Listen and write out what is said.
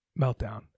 meltdown